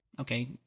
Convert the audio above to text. Okay